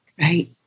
Right